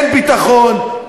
אין ביטחון,